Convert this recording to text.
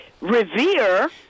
revere